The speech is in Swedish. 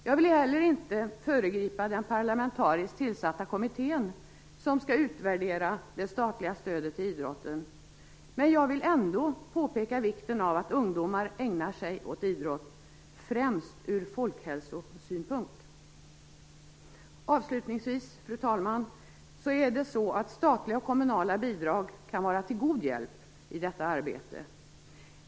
Jag vill inte heller föregripa den parlamentariskt tillsatta kommitté som skall utvärdera det statliga stödet till idrotten, men jag vill ändå påpeka vikten av att ungdomar ägnar sig åt idrott - främst ur folkhälsosynpunkt. Avslutningsvis, fru talman, är det så att statliga och kommunal bidrag kan vara till god hjälp i detta arbete.